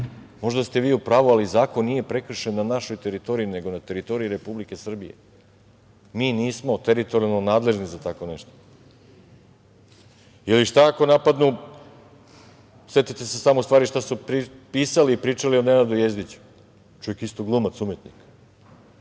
možda ste vi u pravu, ali zakon nije prekršen na našoj teritoriji, nego na teritoriji Republike Srbije, mi nismo teritorijalno nadležni za tako nešto. Setite se samo šta su pisali i pričali o Nenadu Jezdiću. Čovek je isto glumac, umetnik,